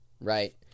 right